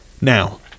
Now